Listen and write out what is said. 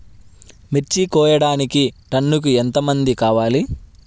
మిర్చి కోయడానికి టన్నుకి ఎంత మంది కావాలి?